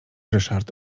ryszard